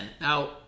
Now